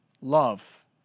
love